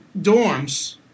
dorms